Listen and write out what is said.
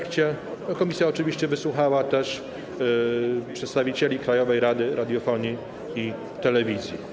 Komisja oczywiście wysłuchała też przedstawicieli Krajowej Rady Radiofonii i Telewizji.